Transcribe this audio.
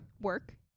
Work